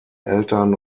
eltern